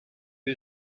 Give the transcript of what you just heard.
you